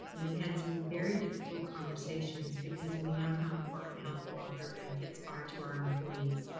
and we had some very difficult conversations because we know how important health and welfare benefits are to our employees.